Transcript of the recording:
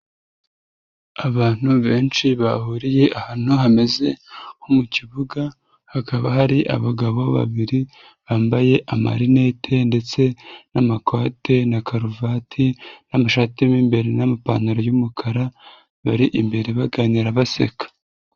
Abantu benshi bahuriye ahantu hameze nko mu kibuga hakaba hari abagabo babiri bambaye amarinete ndetse n'amakote na karuvati n'amashati mo imbere n'amapantaro y'umukara bari imbere baganira baseka.